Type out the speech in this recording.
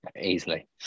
easily